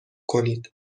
کنید